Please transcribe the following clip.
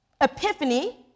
Epiphany